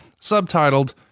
subtitled